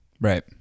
Right